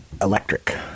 electric